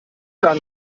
bitte